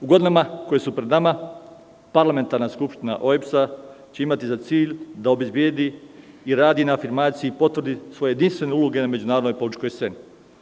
U godinama koje su pred nama Parlamentarna skupština OEBS će imati za cilj da obezbedi i radi na afirmaciji i potvrdi svoje jedinstvene uloge na međunarodnoj političkoj sceni.